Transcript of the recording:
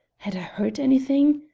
had i heard anything?